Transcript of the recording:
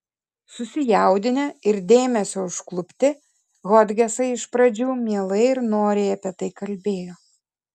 susijaudinę ir dėmesio užklupti hodgesai iš pradžių mielai ir noriai apie tai kalbėjo